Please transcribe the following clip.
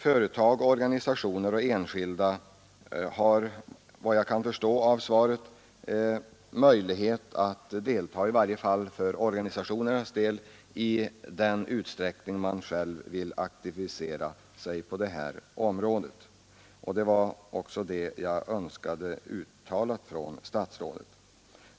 Företag, organisationer och enskilda — i varje fall bör det gälla organisationerna — har, efter vad jag kan förstå av svaret, möjlighet att delta i den utsträckning de själva vill aktivisera sig på det här området. Det var också det jag önskade uttalat av statsrådet.